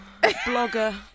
blogger